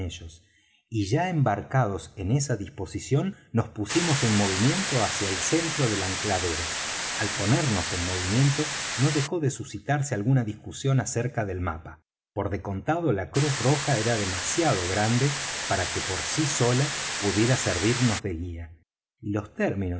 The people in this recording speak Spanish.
y ya embarcados en esa disposición nos pusimos en movimiento hacia el centro del ancladero al ponernos en movimiento no dejó de suscitarse alguna discusión acerca del mapa por de contado la cruz roja era demasiado grande para que por sí sola pudiera servirnos de guía y los términos